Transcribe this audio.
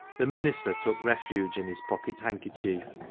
the minister took refuge in his pocket handkerchief.